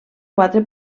quatre